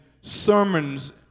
sermons